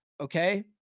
Okay